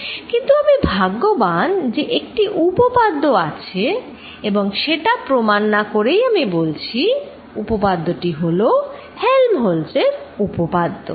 কিন্তু আমরা ভাগ্যবান যে একটি উপপাদ্য আছে এবং সেটা প্রমান না করেই আমি বলছি উপপাদ্যটি হলো হেল্মহোল্টয এর উপপাদ্য